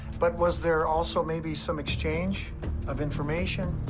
but was there also maybe some exchange of information?